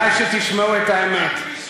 קיבלתי אישור.